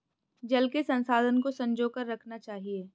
जल के संसाधन को संजो कर रखना चाहिए